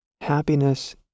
Happiness